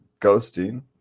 ghosting